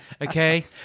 Okay